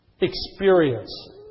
experience